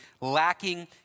lacking